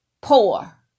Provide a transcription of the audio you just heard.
poor